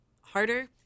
harder